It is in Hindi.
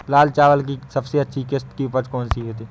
लाल चावल की सबसे अच्छी किश्त की उपज कौन सी है?